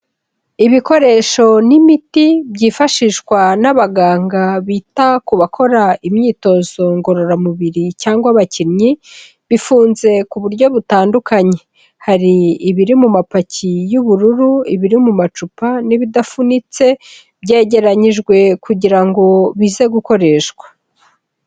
Ibikoresho n'imiti byifashishwa n'abaganga bita ku bakora imyitozo ngororamubiri cyangwa abakinnyi, bifunze ku buryo butandukanye. Hari ibiri mu mapaki y'ubururu, ibiri mu macupa n'ibidafunitse, byegeranyijwe kugira ngo bize gukoreshwa.